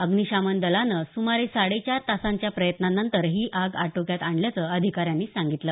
अग्नीशमन दलानं सुमारे साडे चार तासांच्या प्रयत्नांनंतर ही आग आटोक्यात आणल्याचं अधिकाऱ्यांनी सांगितलं